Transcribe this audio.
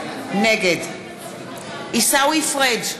נגד עיסאווי פריג'